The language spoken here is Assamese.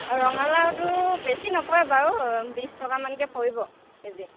ৰঙালাওটো বেছি নপৰে বাৰু বিশ টকা মানকৈ পৰিব কে জি